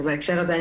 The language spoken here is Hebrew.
בהקשר הזה,